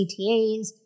CTAs